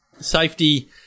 safety